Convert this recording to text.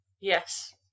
yes